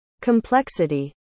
Complexity